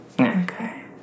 Okay